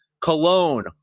cologne